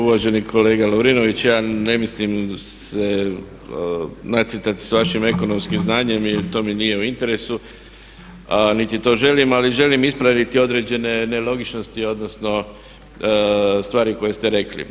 Uvaženi kolega Lovrinović ja ne mislim se natjecati s vašim ekonomskim znanjem i to mi nije u interesu a niti to želim ali želim ispraviti određene nelogičnosti odnosno stvari koje ste rekli.